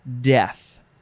death